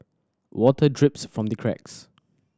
water drips from the cracks